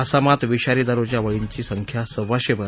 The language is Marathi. आसामात विषारी दारुच्या बळींची संख्या सव्वाशेवर